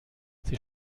sie